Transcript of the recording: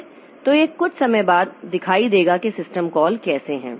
तो यह कुछ समय बाद दिखाई देगा कि सिस्टम कॉल कैसे हैं